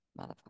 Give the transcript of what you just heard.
motherfucker